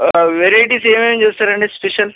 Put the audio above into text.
varieties ఏమేమి చూస్తారండి special